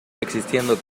existiendo